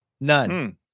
none